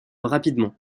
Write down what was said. rapidement